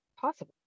possible